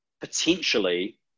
potentially